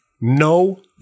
no